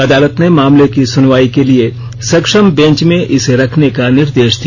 अदालत ने मामले की सुनवाई के लिए सक्षम बेंच में इसे रखने का निर्देश दिया